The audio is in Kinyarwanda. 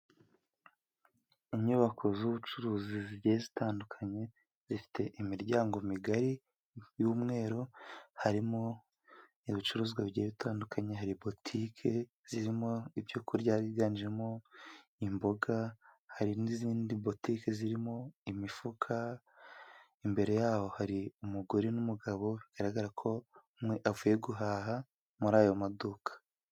Inyubako z'ubucuruzi zigiye zitandukanye, zifite imiryango migari y'umweru. Harimo ibicuruzwa bitandukanye. Hari botiki zirimo ibyo kurya byiganjemo imboga. Hari n'izindi botique zirimo imifuka, imbere yaho hari umugore n'umugabo, bigaragara ko umwe avuye guhaha muri ayo maduka.